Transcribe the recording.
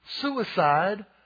suicide